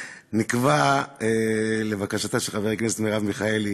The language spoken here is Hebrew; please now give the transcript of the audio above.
נקבע לבקשתה של חברת הכנסת מרב מיכאלי